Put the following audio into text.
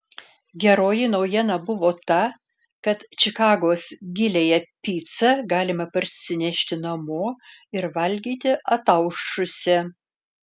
geroji naujiena buvo ta kad čikagos giliąją picą galima parsinešti namo ir valgyti ataušusią